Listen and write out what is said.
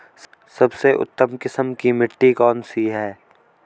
सबसे उत्तम किस्म की मिट्टी कौन सी है?